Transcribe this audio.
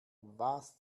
was